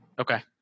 Okay